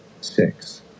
six